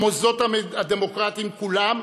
המוסדות הדמוקרטיים כולם,